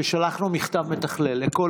אני רק יכול להגיד ששלחנו מכתב מתכלל לכל